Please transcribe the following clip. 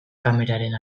kameraren